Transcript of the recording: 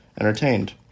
entertained